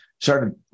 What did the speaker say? started